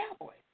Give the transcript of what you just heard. Cowboys